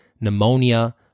pneumonia